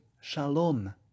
Shalom